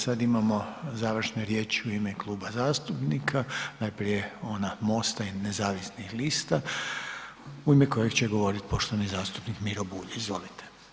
Sad imamo završne riječi u ime kluba zastupnika, najprije ona MOST-a i nezavisnih lista u ime kojeg će govoriti poštovani zastupnik Miro Bulj, izvolite.